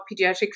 pediatric